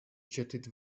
jetted